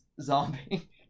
zombie